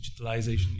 digitalization